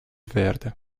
verde